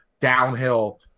downhill